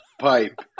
Pipe